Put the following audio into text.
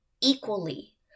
Equally